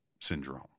syndrome